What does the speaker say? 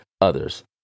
others